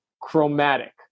chromatic